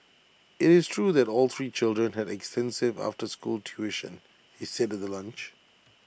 IT is true that all three children had extensive after school tuition he said at the lunch